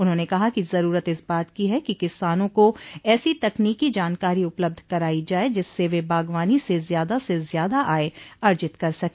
उन्होंने कहा कि जरूरत इस बात की है कि किसानों को ऐसी तकनीकी जानकारी उपलब्ध कराई जाये जिससे वे बागवानी से ज्यादा से ज्यादा आय अर्जित कर सके